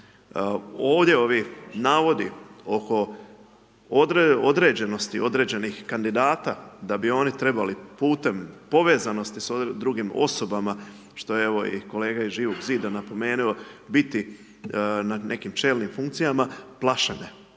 Ovdje ovi navodi oko određenosti određenih kandidata da bi oni trebali putem povezanosti s drugim osobama, što je, evo i kolega iz Živog Zida napomenuo, biti ne nekim čelnim funkcijama, plašene,